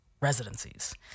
residencies